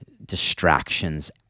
distractions